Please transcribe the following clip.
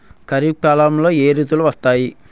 ఖరిఫ్ కాలంలో ఏ ఋతువులు వస్తాయి?